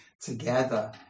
together